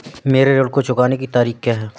मेरे ऋण को चुकाने की तारीख़ क्या है?